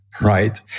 right